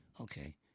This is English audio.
okay